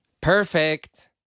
Perfect